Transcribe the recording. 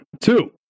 Two